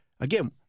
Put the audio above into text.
Again